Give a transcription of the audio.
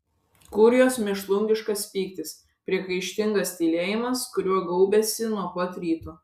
kur jos mėšlungiškas pyktis priekaištingas tylėjimas kuriuo gaubėsi nuo pat ryto